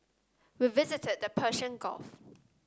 we visited the Persian Gulf